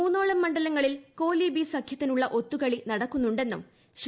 മൂന്നോളം മണ്ഡലങ്ങളിൽ കോ ലീ ബി സഖ്യത്തിനുള്ള ഒത്തുകളി നടക്കുന്നുണ്ടെന്നും ശ്രീ